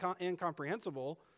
incomprehensible